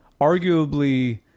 arguably